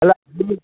അല്ല